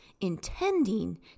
intending